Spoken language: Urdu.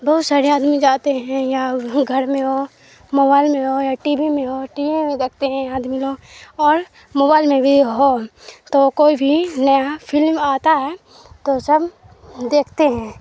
بہت سارے آدمی جاتے ہیں یا گھر میں ہو موبائل میں ہو یا ٹی وی میں ہو ٹی وی میں دیکھتے ہیں آدمی لوگ اور موبائل میں بھی ہو تو کوئی بھی نیا فلم آتا ہے تو سب دیکھتے ہیں